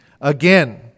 again